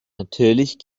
natürlich